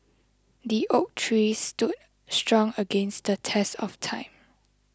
the oak tree stood strong against the test of time